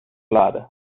laden